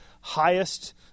highest